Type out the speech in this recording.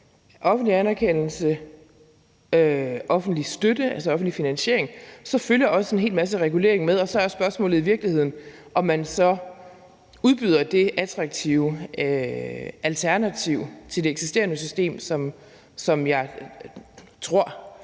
offentlig anerkendelse og offentlig støtte, altså offentlig finansiering, følger også en hel masse regulering med. Og så er spørgsmålet i virkeligheden, om man så udbyder det attraktive alternativ til det eksisterende system, som jeg tror